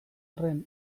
arren